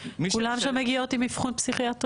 כולן שם מגיעות עם א בחון פסיכיאטרי?